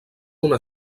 una